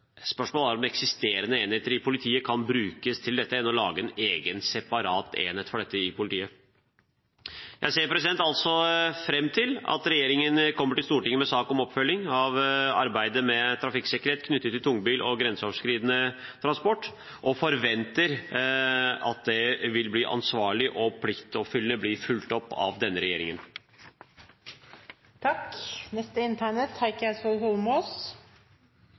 eksisterende enheter i politiet kan brukes til dette istedenfor å lage en egen separat enhet for dette i politiet. Jeg ser altså fram til at regjeringen kommer til Stortinget med sak om oppfølging av arbeidet med trafikksikkerhet knyttet til tungbil og grenseoverskridende transport, og forventer at det vil bli ansvarlig og pliktoppfyllende fulgt opp av denne regjeringen.